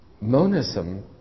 Monism